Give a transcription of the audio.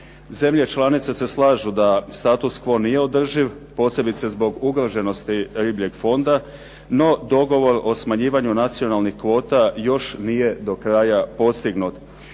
Zemlje članice se slažu da status quo nije održiv, posebice zbog ugroženosti ribljeg fonda, no dogovor o smanjivanju nacionalnih kvota još nije do kraja postignut